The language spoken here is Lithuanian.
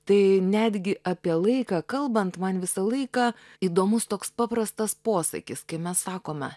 tai netgi apie laiką kalbant man visą laiką įdomus toks paprastas posakis kai mes sakome